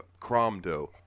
Cromdo